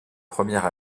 première